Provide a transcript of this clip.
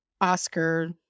oscar